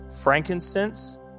frankincense